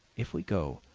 if we go,